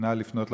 נא לפנות למוקד,